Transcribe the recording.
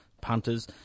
punters